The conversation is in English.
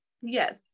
Yes